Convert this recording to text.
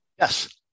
Yes